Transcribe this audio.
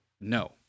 No